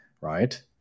right